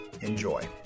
Enjoy